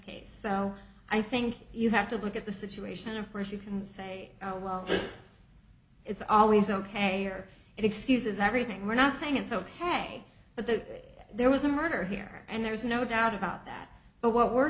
case so i think you have to look at the situation occurs you can say oh well it's always ok or it excuses everything we're not saying it's ok but that there was a murder here and there's no doubt about that but what we're